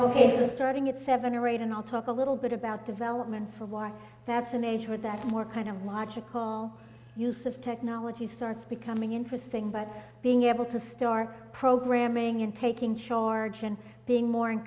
ok starting at seven or eight and i'll talk a little bit about development for why that's an age where that more kind of logical use of technology starts becoming interesting but being able to store programming in taking charge and being more in